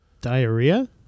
diarrhea